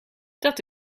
dat